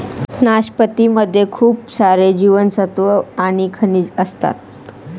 नाशपती मध्ये खूप सारे जीवनसत्त्व आणि खनिज असते